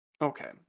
Okay